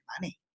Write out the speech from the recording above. money